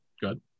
Good